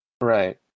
Right